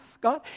God